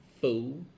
fool